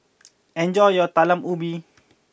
enjoy your Talam Ubi